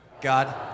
God